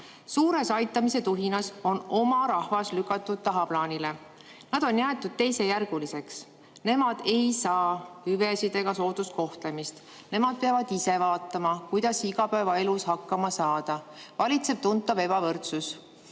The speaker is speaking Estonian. Suures aitamise tuhinas on oma rahvas lükatud tahaplaanile. Nad on jäetud teisejärguliseks, nemad ei saa hüvesid ega sooduskohtlemist, nemad peavad ise vaatama, kuidas igapäevaelus hakkama saada. Valitseb tuntav ebavõrdsus. Teie